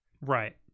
Right